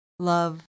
Love